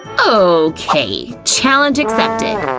okay, challenge accepted!